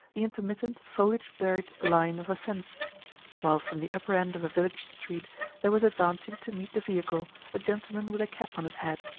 the intermittent, foliage-buried line of a fence while from the upper end of a village street there was advancing to meet the vehicle a gentleman with a cap on his head,